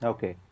Okay